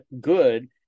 good